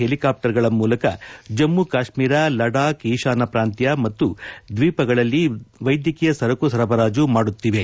ಹೆಲಿಕಾಪ್ಟರ್ಗಳ ಮೂಲಕ ಜಮ್ನು ಕಾಶ್ಮೀರ ಲಡಕ್ ಈಶಾನ್ಯ ಪ್ರಾಂತ ಮತ್ತು ದ್ವೀಪಗಳಲ್ಲಿ ವೈದ್ವಕೀಯ ಸರಕು ಸರಬರಾಜು ಮಾಡುತ್ತಿವೆ